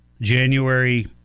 January